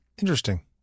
Interesting